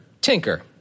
Tinker